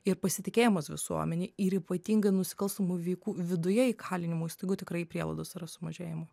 ir pasitikėjimas visuomenėj ir ypatingai nusikalstamų veikų viduje įkalinimo įstaigų tikrai prielaidos yra sumažėjimo